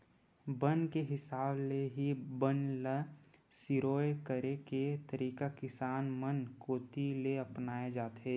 बन के हिसाब ले ही बन ल सिरोय करे के तरीका किसान मन कोती ले अपनाए जाथे